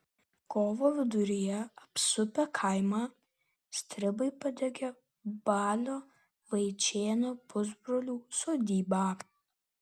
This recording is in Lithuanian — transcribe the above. kovo viduryje apsupę kaimą stribai padegė balio vaičėno pusbrolių sodybą